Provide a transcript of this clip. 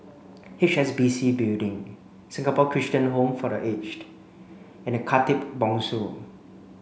H S B C Building Singapore Christian Home for The Aged and Khatib Bongsu